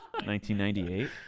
1998